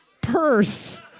purse